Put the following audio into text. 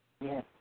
Yes